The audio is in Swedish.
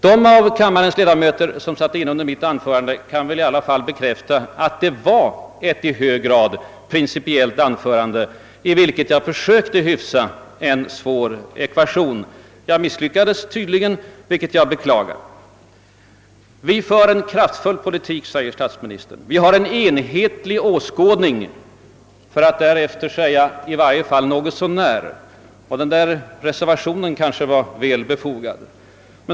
De av kammarens ledamöter som var närvarande under mitt anförande kan bekräfta att det var ett i hög grad principiellt inlägg i vilket jag försökte hyfsa en svår ekvation. Jag misslyckades tydligen, vilket jag beklagar. Vi för »en kraftfull politik och vi har en enhetlig åskådning», säger statsministern, och tillägger sedan: »åtminstone något så när» — en reservation som var välbefogad.